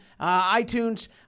iTunes